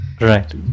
Right